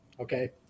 Okay